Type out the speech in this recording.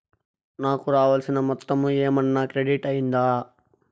నాకు రావాల్సిన మొత్తము ఏమన్నా క్రెడిట్ అయ్యిందా